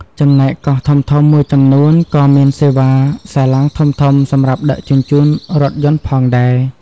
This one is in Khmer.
ចំណែកកោះធំៗមួយចំនួន ក៏មានសេវាសាឡាងធំៗសម្រាប់ដឹកជញ្ជូនរថយន្តផងដែរ។